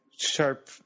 sharp